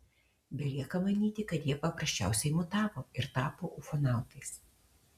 belieka manyti kad jie paprasčiausiai mutavo ir tapo ufonautais